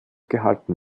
gehalten